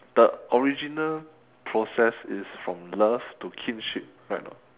the original process is from love to kinship right or not